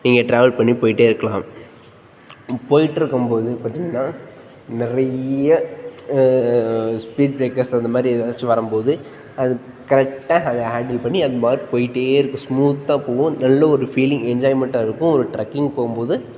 நீங்கள் ட்ராவல் பண்ணி போய்ட்டே இருக்கலாம் நீங்கள் போய்ட்ருக்கும் போது பார்த்தீங்கன்னா நிறைய ஸ்பீட் ப்ரேக்கர்ஸ் அந்த மாதிரி ஏதாச்சும் வரும் போது அது கரெக்டாக அதை ஹேண்டில் பண்ணி அதுபாட்டு போய்ட்டே இருக்கும் ஸ்மூத்தாக போகும் நல்ல ஒரு ஃபீலிங் என்ஜாய்மெண்ட்டாக இருக்கும் ஒரு ட்ரெக்கிங் போகும்போது